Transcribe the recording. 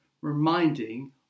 reminding